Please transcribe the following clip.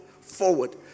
forward